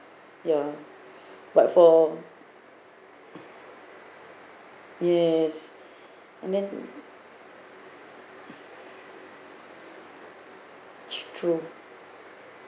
ya but for yes and then true